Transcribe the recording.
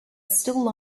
still